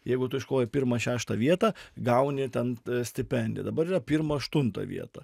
jeigu tu iškovojai pirmą šeštą vietą gauni ten stipendiją dabar yra pirmą aštuntą vietą